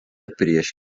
prieš